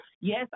Yes